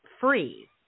free